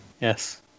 Yes